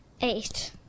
Eight